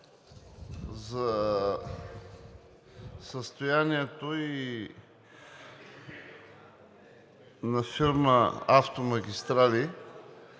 за състоянието на фирма „Автомагистрали